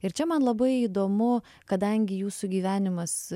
ir čia man labai įdomu kadangi jūsų gyvenimas